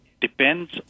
depends